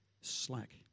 Slack